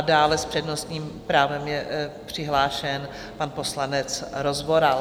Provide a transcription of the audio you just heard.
Dále s přednostním právem je přihlášen pan poslanec Rozvoral.